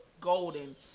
Golden